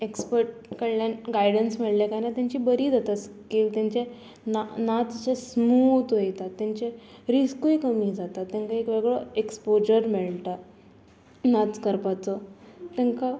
expert कडल्यान guidance मेळ्ळें कांय ना तेंची बरी जाता स्केल तेंचे ना नाच जे स्मूथ वयता तेंचे रिस्कूय कमी जाता तेंकां एक वेगळो एक्सपोजर मेळटा नाच करपाचो तेंकां